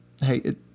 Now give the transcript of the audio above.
Hey